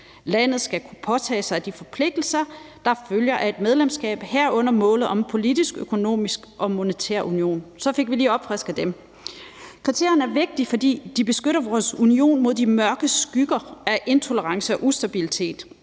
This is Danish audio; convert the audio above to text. Landet skal kunne påtage sig de forpligtelser, der følger af et medlemskab, herunder målet om en politisk, økonomisk og monetær union. Så fik vi lige opfrisket dem. Kriterierne er vigtige, fordi de beskytter vores union mod de mørke skygger af intolerance og ustabilitet.